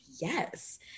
yes